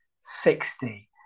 sixty